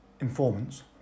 Informants